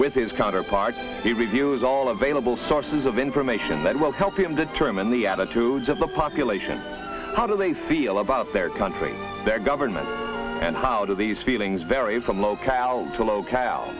with his counterparts he reviews all available sources of information that will help him determine the attitudes of the population how do they feel about their country their government and how do these feelings vary from locale to local